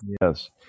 yes